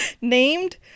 named